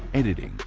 editing,